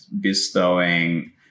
bestowing